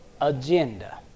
agenda